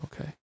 Okay